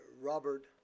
Robert